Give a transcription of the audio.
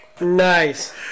Nice